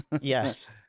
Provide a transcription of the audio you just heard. Yes